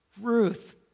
Ruth